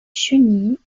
chenilles